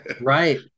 Right